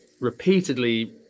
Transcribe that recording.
repeatedly